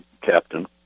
captain